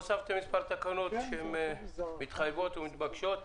הוספתם מספר תקנות שהן מתחייבות ומתבקשות.